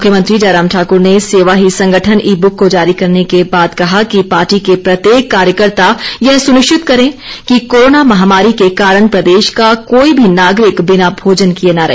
मुख्यमंत्री जयराम ठाक्र ने सेवा ही संगठन ई बुक को जारी करने के बाद कहा कि पार्टी के प्रत्येक कार्यकर्ता यह सुनिश्चित करें कि कोरोना महामारी के कारण प्रदेश का कोई भी नागरिक बिना भोजन किये न रहे